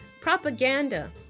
propaganda